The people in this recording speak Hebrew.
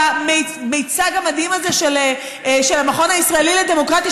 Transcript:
במיצג המדהים הזה של המכון הישראלי לדמוקרטיה,